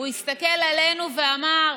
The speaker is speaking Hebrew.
והסתכל עלינו ואמר: